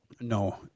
No